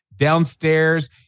Downstairs